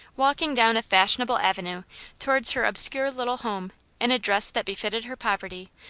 walking down a fashion able avenue towards her obscure little home in a dress that befitted her poverty,